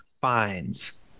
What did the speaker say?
Fines